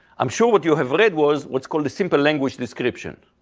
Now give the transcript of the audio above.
i'm sure what you have read was what's called a simple language description.